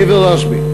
קבר רשב"י.